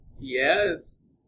Yes